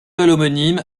homonyme